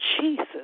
Jesus